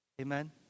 Amen